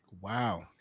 Wow